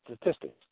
statistics